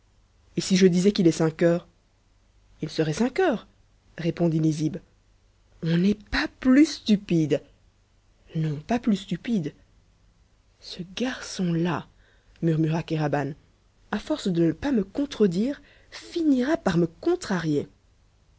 et si je disais qu'il est cinq heures il serait cinq heures répondit nizib on n'est pas plus stupide non pas plus stupide ce garçon-là murmura kéraban à force de ne pas me contredire finira par me contrarier